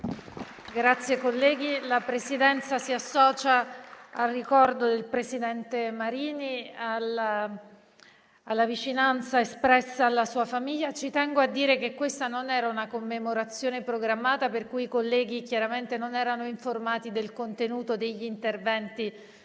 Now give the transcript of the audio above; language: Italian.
finestra"). La Presidenza si associa al ricordo del presidente Marini e alla vicinanza espressa alla sua famiglia. Ci tengo a dire che questa non era una commemorazione programmata, per cui i colleghi chiaramente non erano informati del contenuto degli interventi